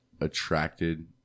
attracted